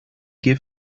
give